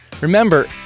Remember